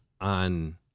on